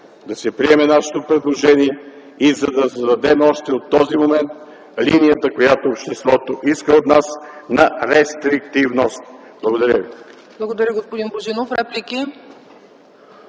да се приеме нашето предложение и да дадем още от този момент линията, която обществото иска от нас, на рестриктивност. Благодаря. ПРЕДСЕДАТЕЛ ЦЕЦКА ЦАЧЕВА: Благодаря, господин Божинов. Реплики